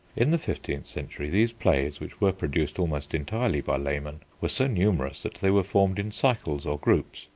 in the fifteenth century, these plays, which were produced almost entirely by laymen, were so numerous that they were formed in cycles or groups.